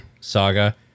saga